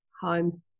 home